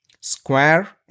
Square